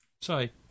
Sorry